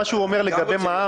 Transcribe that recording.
מה שהוא אומר לגבי מע"מ,